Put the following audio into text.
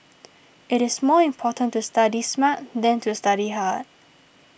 it is more important to study smart than to study hard